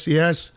yes